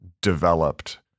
developed